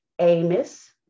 Amos